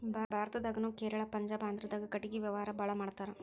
ಭಾರತದಾಗುನು ಕೇರಳಾ ಪಂಜಾಬ ಆಂದ್ರಾದಾಗ ಕಟಗಿ ವ್ಯಾವಾರಾ ಬಾಳ ಮಾಡತಾರ